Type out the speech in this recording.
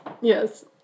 Yes